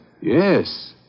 Yes